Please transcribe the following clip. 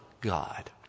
God